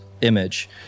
image